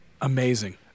Amazing